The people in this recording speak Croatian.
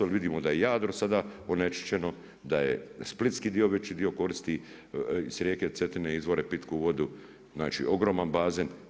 Jer vidimo da je Jadro sada onečišćeno da je splitski veći dio koristi iz rijeke Cetine izvore pitku vodu, znači ogroman bazen.